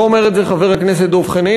לא אומר את זה חבר הכנסת דב חנין,